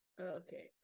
Okay